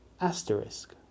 asterisk